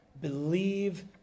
believe